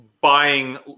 buying